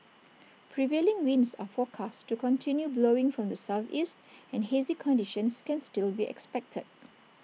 prevailing winds are forecast to continue blowing from the Southeast and hazy conditions can still be expected